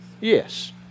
Yes